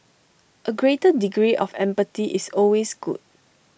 A greater degree of empathy is always good